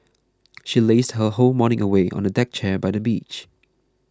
she lazed her whole morning away on a deck chair by the beach